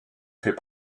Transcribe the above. fait